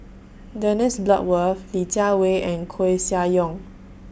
Dennis Bloodworth Li Jiawei and Koeh Sia Yong